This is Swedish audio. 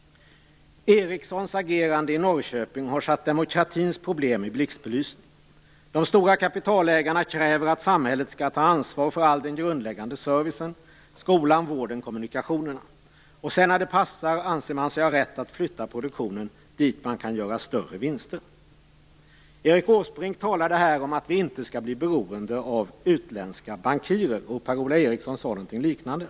Ericssons agerande i Norrköping har satt demokratins problem i blixtbelysning. De stora kapitalägarna kräver att samhället skall ta ansvar för all den grundläggande servicen - skolan, vården och kommunikationerna. Och sedan när det passar anser man sig ha rätt att flytta produktionen till de platser där man kan göra större vinster. Erik Åsbrink talade här om att vi inte skall bli beroende av utländska bankirer. Per-Ola Eriksson sade något liknande.